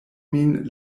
min